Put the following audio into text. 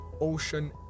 ocean